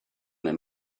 that